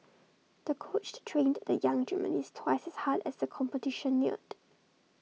the coached trained the young gymnast twice as hard as the competition neared